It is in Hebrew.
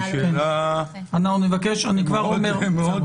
זו שאלה מאוד פשוטה.